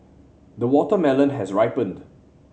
the watermelon has ripened